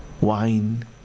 wine